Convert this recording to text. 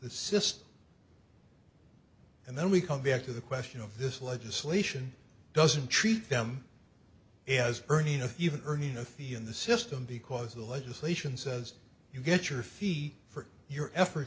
system and then we come back to the question of this legislation doesn't treat them as earning a few even earning a fee and the system because the legislation says you get your fee for your effort